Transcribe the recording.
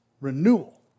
renewal